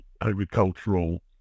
agricultural